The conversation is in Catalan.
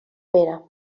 pere